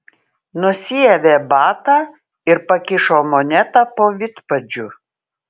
nusiavė batą ir pakišo monetą po vidpadžiu